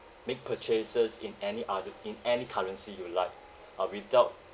make purchases in any other in any currency you like uh without